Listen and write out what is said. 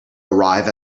arrive